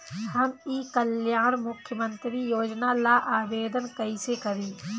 हम ई कल्याण मुख्य्मंत्री योजना ला आवेदन कईसे करी?